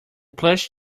plush